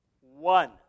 One